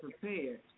prepared